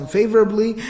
favorably